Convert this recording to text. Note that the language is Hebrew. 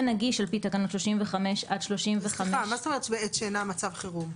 נגיש על פי תקנות 35 עד --- מה זאת אומרת בעת שאינה מצב חירום?